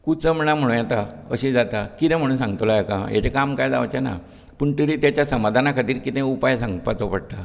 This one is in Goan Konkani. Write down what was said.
कुचंबणा म्हणो येता अशीं जाता कितें म्हूणोन सांगतलो हेका हांव हेचे काम कांय जावचेना पूण तरी तेच्या समाधाना खातीर कितेंय उपाय सांगपाचो पडटा